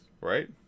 Right